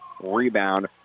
Rebound